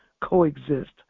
coexist